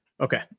Okay